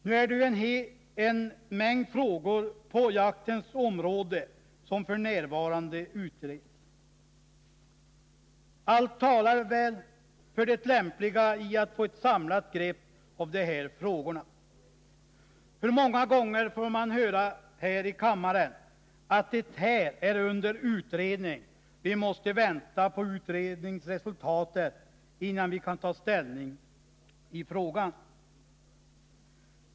Det är en mängd frågor på jaktens område som f. n. utreds, och allt talar väl för det lämpliga i att få ett samlat grepp om de här frågorna. Hur många gånger får man inte höra i denna kammare att det här är under utredning, vi måste vänta på utredningsresultatet innan vi kan ta ställning i ärendet!